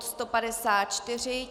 154.